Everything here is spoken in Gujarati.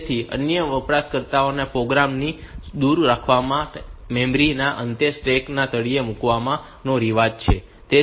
તેથી અન્ય વપરાશકર્તાઓને પ્રોગ્રામ થી દૂર રાખવા માટે મેમરી ના અંતે સ્ટેક ના તળિયે મૂકવાનો રિવાજ છે